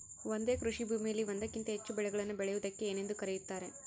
ಒಂದೇ ಕೃಷಿಭೂಮಿಯಲ್ಲಿ ಒಂದಕ್ಕಿಂತ ಹೆಚ್ಚು ಬೆಳೆಗಳನ್ನು ಬೆಳೆಯುವುದಕ್ಕೆ ಏನೆಂದು ಕರೆಯುತ್ತಾರೆ?